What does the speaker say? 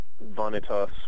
Vanitas